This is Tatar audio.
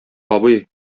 абый